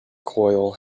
coil